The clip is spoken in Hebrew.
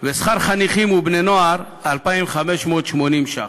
שכר חניכים ובני-נוער, 2,580 ש"ח.